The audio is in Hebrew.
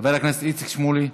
חבר הכנסת איציק שמולי,